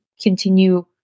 continue